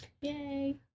yay